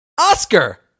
Oscar